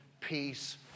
peace